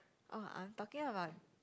oh I'm talking about